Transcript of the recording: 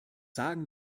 sagen